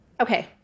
Okay